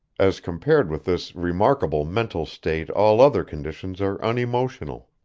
as compared with this remarkable mental state all other conditions are unemotional,